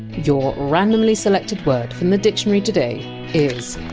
your randomly selected word from the dictionary today is!